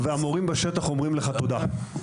המורים בשטח אומרים לך תודה.